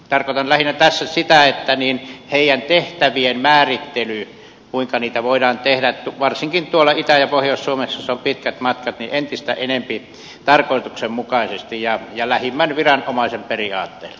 tarkoitan lähinnä tässä sitä kuinka heidän tehtäviensä määrittely voidaan tehdä varsinkin tuolla itä ja pohjois suomessa jossa on pitkät välimatkat entistä tarkoituksenmukaisemmin ja lähimmän viranomaisen periaatteella